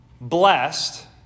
blessed